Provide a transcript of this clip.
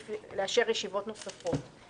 לאשר ישיבות נוספות במקרים דחופים.